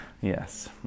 yes